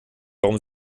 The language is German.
warum